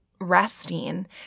resting